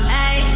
Hey